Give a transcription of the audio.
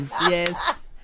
yes